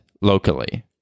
Locally